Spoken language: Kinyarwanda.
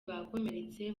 bakomeretse